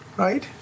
Right